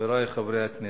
חברי חברי הכנסת,